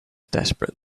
desperate